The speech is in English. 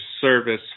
service